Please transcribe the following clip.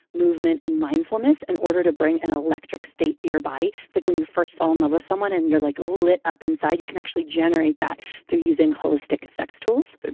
movement and mindfulness in and order to bring an electric state to your body. it's like when you first fall in love with someone and you're like lit up inside. you can actually generate that through using holistic sex tools.